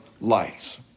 lights